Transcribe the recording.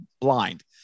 blind